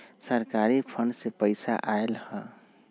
सरकारी फंड से पईसा आयल ह?